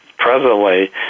Presently